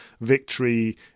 victory